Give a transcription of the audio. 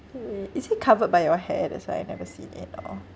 eh eh is it covered by your hair that's why I never seen it you know